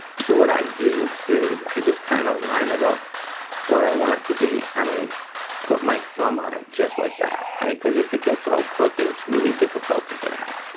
so what i do is i just kind of line it up where i want it to be and i put my thumb on it just like that, right, cause if it gets all crooked it's really difficult to get out.